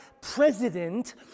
president